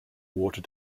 water